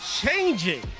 changing